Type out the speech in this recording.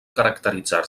caracteritzar